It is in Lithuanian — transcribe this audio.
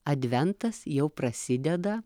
adventas jau prasideda